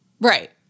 Right